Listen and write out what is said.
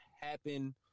happen